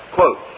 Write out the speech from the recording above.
Quote